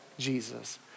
Jesus